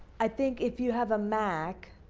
i think if you have a mac,